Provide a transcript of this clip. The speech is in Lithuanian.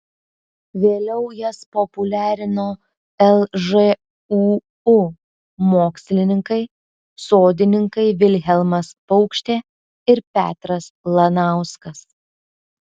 vėliau jas populiarino lžūu mokslininkai sodininkai vilhelmas paukštė ir petras lanauskas